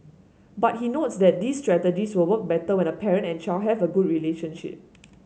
but he notes that these strategies will work better when a parent and child have a good relationship